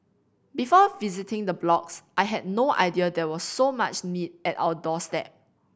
before visiting the blocks I had no idea there was so much need at our doorstep